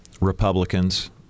Republicans